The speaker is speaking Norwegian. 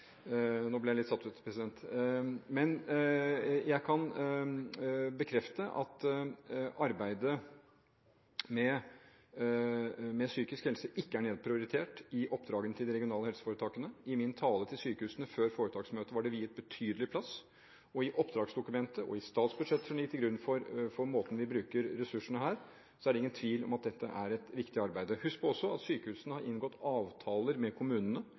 Nå ble jeg litt satt ut, men jeg kan bekrefte at arbeidet med psykisk helse ikke er nedprioritert i oppdragene til de regionale helseforetakene. I min tale til sykehusene før foretaksmøtet var det viet betydelig plass, og i oppdragsdokumentet og i statsbudsjettet som ligger til grunn for måten vi bruker ressursene her, er det ingen tvil om at dette er et viktig arbeid. Husk også på at sykehusene har inngått avtaler med kommunene